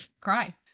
Cry